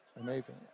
amazing